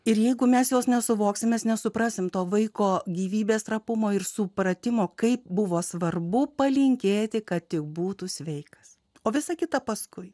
ir jeigu mes jos nesuvoksime nesuprasime to vaiko gyvybės trapumo ir supratimo kaip buvo svarbu palinkėti kad būtų sveikas o visa kita paskui